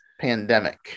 Pandemic